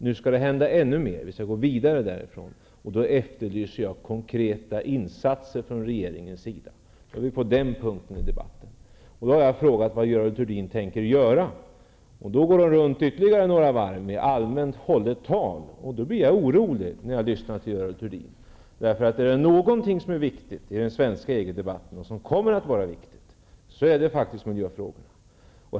Nu skall det hända ännu mer, och vi skall gå vidare därifrån. Då efterlyser jag konkreta insatser från regeringens sida. Vi har alltså kommit till den punkten i debatten. Jag frågar sedan vad Görel Thurdin tänker göra. Hon går då runt ytterligare några varv med allmänt hållet tal. Detta gör mig orolig. Om det är någonting som är viktigt i den svenska EG debatten och som kommer att vara viktigt så är det miljöfrågorna.